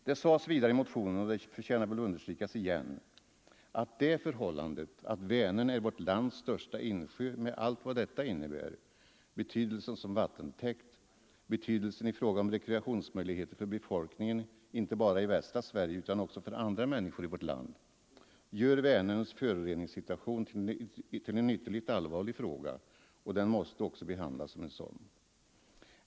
Det sades vidare i motionen, och det förtjänar väl understrykas igen, att den omständigheten att Vänern är vårt lands största insjö med allt vad detta innebär — den har betydelse som vattentäkt och betydelse i fråga om rekreationsmöjligheter inte bara för befolkningen i västra Sverige utan också för andra människor i vårt land — gör Vänerns föroreningssituation till en ytterligt allvarlig fråga, och den måste behandlas som en sådan.